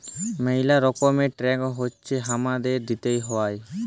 ম্যালা রকমের ট্যাক্স হ্যয় হামাদেরকে দিতেই হ্য়য়